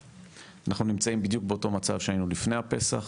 אנחנו נמצאים בדיוק באותו מצב שהיינו לפני הפסח,